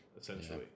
essentially